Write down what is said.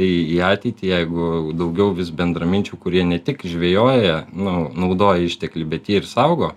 į į ateitį jeigu daugiau vis bendraminčių kurie ne tik žvejoja nu naudoja išteklį bet jie ir saugo